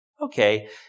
Okay